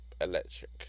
electric